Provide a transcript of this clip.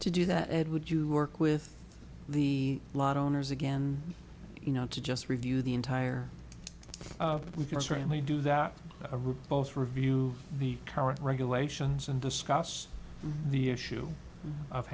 to do that ed would you work with the lat owners again you know to just review the entire of that we can certainly do that route both review the current regulations and discuss the issue of